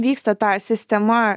vyksta ta sistema